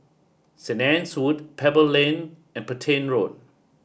Saint Anne's Wood Pebble Lane and Petain Road